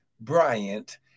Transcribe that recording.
bryant